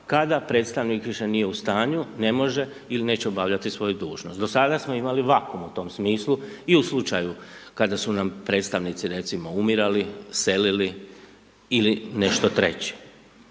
kada predstavnik više nije u stanju, ne može il neće obavljati svoju dužnost. Do sada smo imali vakum u tom smislu i u slučaju kada su nam predstavnici, recimo, umirali, selili ili nešto treće.